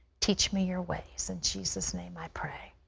teach me your ways. in jesus' name i pray.